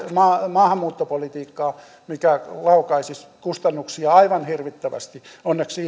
maahanmuuttopolitiikkaa mikä laukaisisi kustannuksia aivan hirvittävästi onneksi